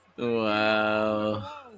Wow